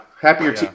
happier